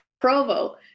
Provo